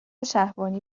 شهوانی